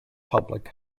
public